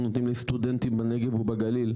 נותנים לסטודנטים לרפואה בנגב ובגליל,